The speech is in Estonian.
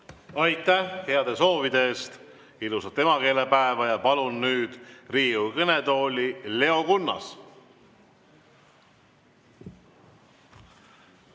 Aitäh heade soovide eest! Ilusat emakeelepäeva! Ja palun nüüd Riigikogu kõnetooli Leo Kunnase.